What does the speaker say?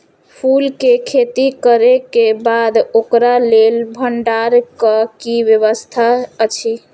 फूल के खेती करे के बाद ओकरा लेल भण्डार क कि व्यवस्था अछि?